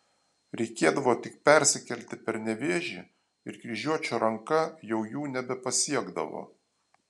reikėdavo tik persikelti per nevėžį ir kryžiuočio ranka jau jų nebepasiekdavo